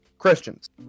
christians